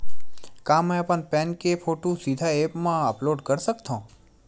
का मैं अपन पैन के फोटू सीधा ऐप मा अपलोड कर सकथव?